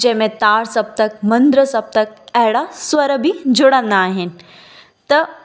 जंहिंमें तार सप्तक मंद्र सप्तल अहिड़ा स्वर बि जुड़ंदा आहिनि त